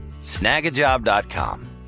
Snagajob.com